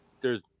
theres